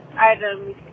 items